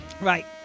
Right